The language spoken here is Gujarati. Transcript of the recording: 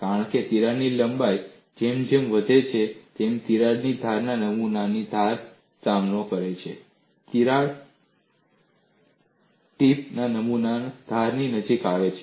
કારણ કે તિરાડ લંબાઈ જેમ જેમ તે વધે છે તિરાડની ધાર નમૂનાની ધારનો સામનો કરે છે તિરાડ ટીપ નમૂનાની ધારની નજીક આવે છે